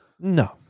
no